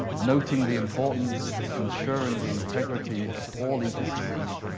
noting the importance of ensuring the integrity of all ecosystems,